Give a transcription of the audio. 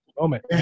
moment